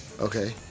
Okay